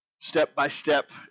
step-by-step